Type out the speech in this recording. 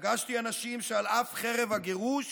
פגשתי אנשים שעל אף חרב הגירוש